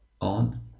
on